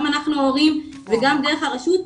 גם אנחנו ההורים וגם דרך הרשות,